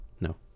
no